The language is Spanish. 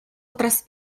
otras